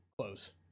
close